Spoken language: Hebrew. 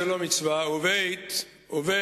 זו לא מצווה, וב.